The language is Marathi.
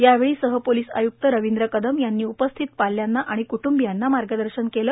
यावेळी सहपोलीस आयुक्त रवीद्र कदम यांनी उपस्थित पाल्यांना आणि कूटुंबियांना मार्गदर्शन केलं